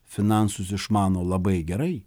finansus išmano labai gerai